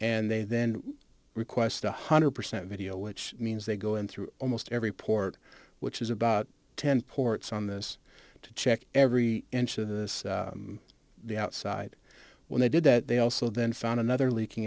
and they then request one hundred percent video which means they go in through almost every port which is about ten ports on this to check every inch of this the outside when they did that they also then found another leaking